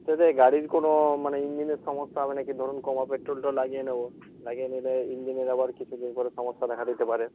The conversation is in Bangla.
সেটাই গাড়ির কোনো মানে ইঞ্জিনের সমস্যা মানে কি ধরুন কমা পেট্রোলটা লাগিয়ে নেব লাগিয়ে নিলে ইঞ্জিনের আবার কিছু দিন পরে সমস্যা দেখা দিতে পারে